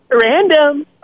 random